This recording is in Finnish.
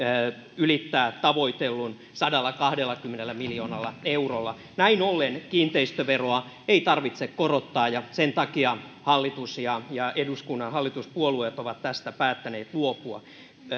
ylittää tavoitellun sadallakahdellakymmenellä miljoonalla eurolla näin ollen kiinteistöveroa ei tarvitse korottaa ja sen takia hallitus ja ja eduskunnan hallituspuolueet ovat tästä päättäneet luopua